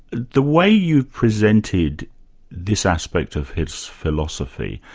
the way you presented this aspect of his philosophy,